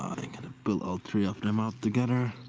gonna pull all three of them out together.